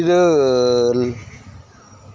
ᱤᱨᱟᱹᱞ